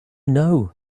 know